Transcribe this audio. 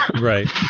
Right